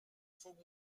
faut